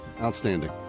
outstanding